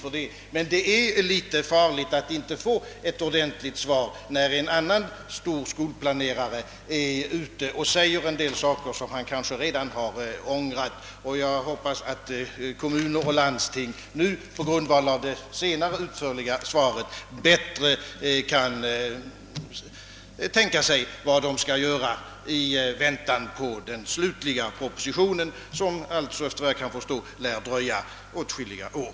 Det är emellertid litet farligt att inte få ett ordeniligt svar, när en annan stor skolplanerare är ute och säger en del saker, som han kanske redan har ångrat. Jag hoppas att kommuner och landsting nu på grundval av det senare, utförliga svaret bättre kan tänka sig vad de skall göra i väntan på den slutliga propositionen, som alltså, efter vad jag förstår, lär dröja åtskilliga år.